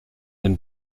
den